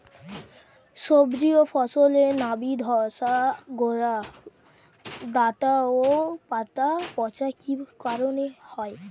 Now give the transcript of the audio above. সবজি ও ফসলে নাবি ধসা গোরা ডাঁটা ও পাতা পচা কি কারণে হয়?